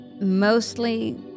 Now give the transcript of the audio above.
mostly